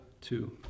two